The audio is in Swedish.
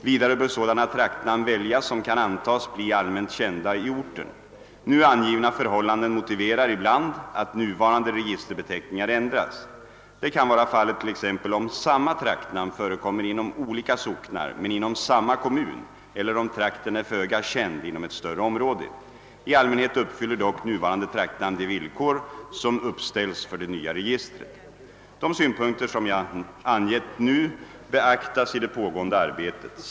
Vidare bör sådana traktnamn väljas som kan antas bli allmänt kända i orten. Nu angivna förhållanden motiverar ibland att nuvarande registerbeteckningar ändras. Det kan vara fallet t.ex. om samma traktnamn förekommer inom olika socknar men inom samma kommun eller om trakten är föga känd inom ett större område. I allmänhet uppfyller dock nuvarande traktnamn de villkor som uppställts för det nya registret. De synpunkter som jag angett nu beaktas i det pågående arbetet.